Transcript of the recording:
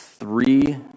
three